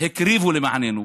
הקריבו למעננו.